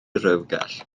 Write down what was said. rewgell